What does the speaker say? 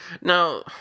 Now